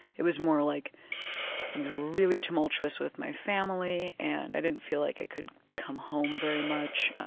it was more like things were really tumultuous with my family and i didn't feel like i could come home very much